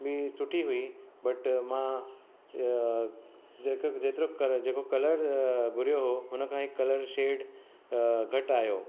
बि सुठी हुई बट मां इहा जेको कलर घुरियो हुओ हुन खां हिकु कलर शेड घटि आहियो